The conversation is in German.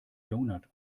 donut